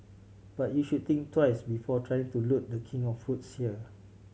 but you should think twice before trying to loot The King of fruits here